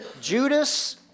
Judas